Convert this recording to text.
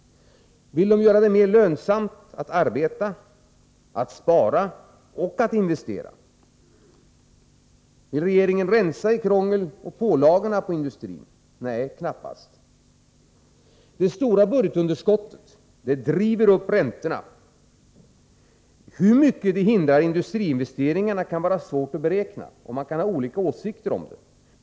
Vill man göra det mer lönsamt att arbeta, att spara och att investera? Vill regeringen rensa i krånglet och pålagorna på industrin? Nej, knappast. Det stora budgetunderskottet driver upp räntorna. Hur mycket det hindrar industriinvesteringarna kan vara svårt att beräkna, och man kan ha olika åsikter om det.